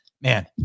man